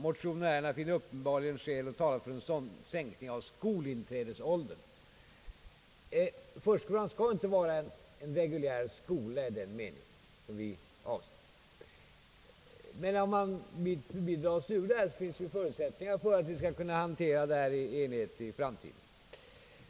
Motionärerna finner uppenbarligen skäl tala för en sådan sänkning av skolinträdesåldern.» Förskolan skall inte vara en reguljär skola i den mening som ni avser. När det blir en utredning finns det förutsättningar för att det hela skall kunna hanteras enhetligt i framtiden.